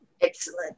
excellent